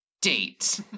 date